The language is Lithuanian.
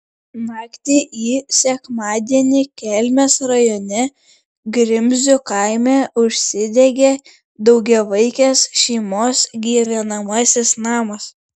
naktį į sekmadienį kelmės rajone grimzių kaime užsidegė daugiavaikės šeimos gyvenamasis namas